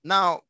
Now